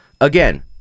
Again